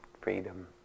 freedom